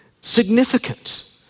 significant